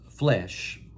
flesh